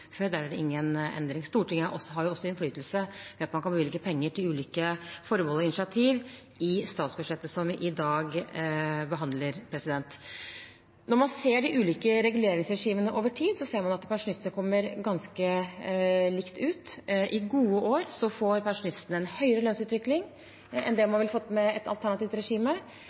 før. Der er det ingen endring. Stortinget har også innflytelse ved at man kan bevilge penger til ulike formål og initiativ i statsbudsjettet som vi i dag behandler. Når man ser de ulike reguleringsregimene over tid, ser man at pensjonistene kommer ganske likt ut. I gode år får pensjonistene en bedre lønnsutvikling enn det man ville fått med et alternativt regime,